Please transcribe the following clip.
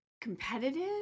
competitive